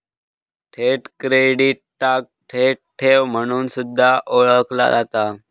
थेट क्रेडिटाक थेट ठेव म्हणून सुद्धा ओळखला जाता